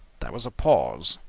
there was a pause.